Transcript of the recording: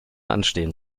anstehen